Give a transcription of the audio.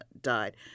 died